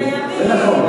קיימים,